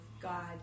God